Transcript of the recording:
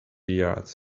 yards